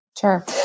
Sure